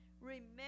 Remember